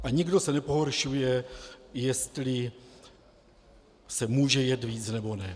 A nikdo se nepohoršuje, jestli se může jet víc, nebo ne.